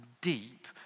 deep